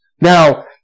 Now